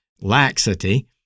laxity